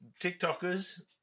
TikTokers